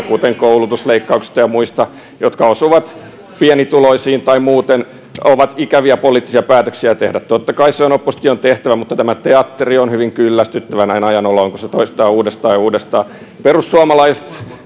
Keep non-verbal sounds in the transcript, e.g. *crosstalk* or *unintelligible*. *unintelligible* kuten koulutusleikkauksista ja muista jotka osuvat pienituloisiin tai muuten ovat ikäviä poliittisia päätöksiä tehdä totta kai se on opposition tehtävä mutta tämä teatteri on hyvin kyllästyttävää näin ajan oloon kun se toistuu uudestaan ja uudestaan perussuomalaiset